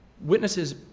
Witnesses